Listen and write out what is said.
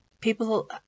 People